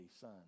Son